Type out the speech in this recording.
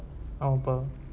ஆம் பா:aam pa